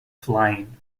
flying